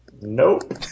Nope